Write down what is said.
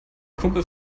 kumpel